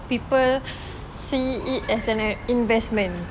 people see it as an investment